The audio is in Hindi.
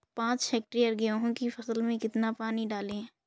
पाँच हेक्टेयर गेहूँ की फसल में कितना पानी डालें?